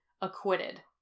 acquitted